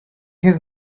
his